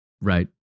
Right